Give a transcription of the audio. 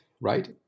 right